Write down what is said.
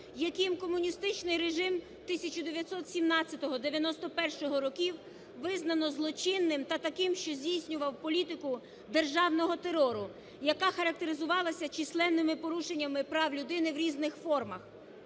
яким комуністичний режим 1917-91 років визнано злочинним та таким, що здійснював політику державного терору, яка характеризувалася численними порушеннями прав людини в різних формах.